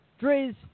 Driz